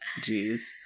Jeez